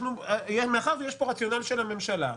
מאחר שיש פה רציונל של הממשלה,